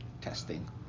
Testing